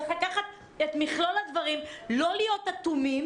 צריך לקחת את מכלול הדברים, לא להיות אטומים